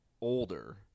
older